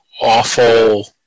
awful